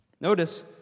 Notice